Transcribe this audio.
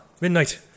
Midnight